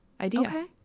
idea